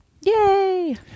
Yay